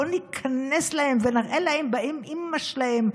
בואו ניכנס בהם ונראה להם באימ-אימא שלהם,